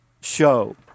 show